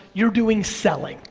you're doing selling.